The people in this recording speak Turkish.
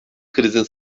krizin